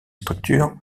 structure